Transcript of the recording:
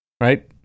right